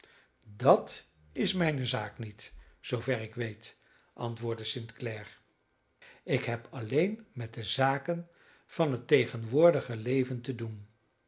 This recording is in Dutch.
dat is mijne zaak niet zoover ik weet antwoordde st clare ik heb alleen met de zaken van het tegenwoordige leven te doen